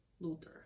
Luther